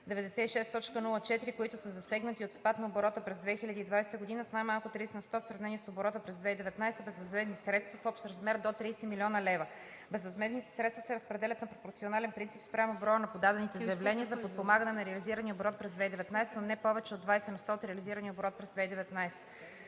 96.04, които са засегнати от спад на оборота през 2020 г. с най-малко 30 на сто в сравнение с оборота през 2019 г. безвъзмездни средства в общ размер до 30 000 000 лева. (2) Безвъзмездните средства се разпределят на пропорционален принцип спрямо броя на подадените заявления за подпомагане и реализирания оборот през 2019 г., но не-повече от 20 на сто от реализирания оборот през 2019